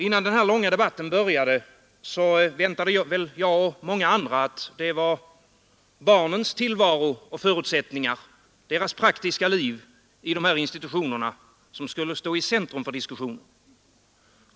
Innan den här långa debatten började väntade väl jag och många andra att det var barnens tillvaro och förutsättningar, deras praktiska liv i de här institutionerna, som skulle stå i centrum för diskussionen.